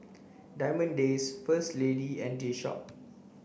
Diamond Days First Lady and G Shock